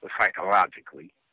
psychologically